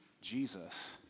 Jesus